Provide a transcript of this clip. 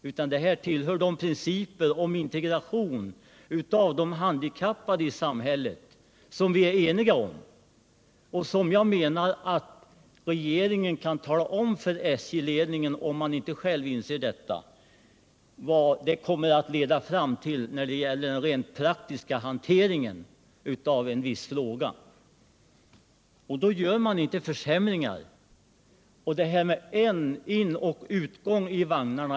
Frågan berör i stället de principer om integration i samhället av de handikappade som vi är eniga om. Jag menar att regeringen kan delge SJ-ledningen dessa principer, om man där inte själv ser betydelsen av dem när det gäller den praktiska hanteringen av en viss fråga. Gör man det, vidtar man inte åtgärder som innebär försämringar såsom man gjort när man genomförde detta med endast en inoch utgång i vagnarna.